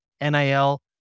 NIL